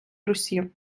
русі